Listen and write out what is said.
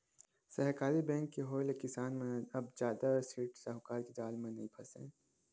सहकारी बेंक के होय ले किसान मन ह अब जादा सेठ साहूकार के जाल म नइ फसय